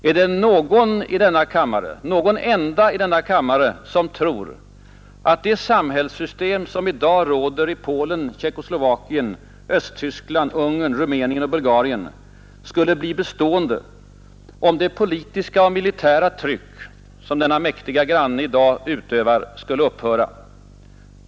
Är det någon enda i denna kammare som tror att det samhällssystem som i dag råder i Polen, Tjeckoslovakien, Östtyskland, Ungern, Rumänien och Bulgarien skulle bli bestående, om det politiska och militära tryck som denna mäktiga granne i dag utövar skulle upphöra?